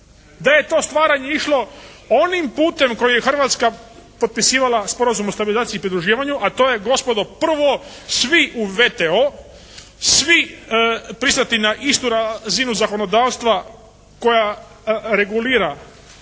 da je to stvaranje išlo onim putem koji je Hrvatska potpisivala Sporazum o stabilizaciji i pridruživanju, a to je gospodo prvo svi u WTO, svi pristati na istu razinu zakonodavstva koja regulira ova